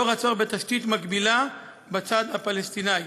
לאור הצורך בתשתית מקבילה בצד הפלסטיני.